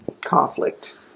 conflict